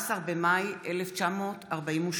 14 במאי 1948: